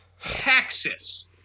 Texas